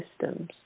systems